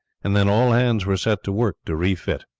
and then all hands were set to work to refit.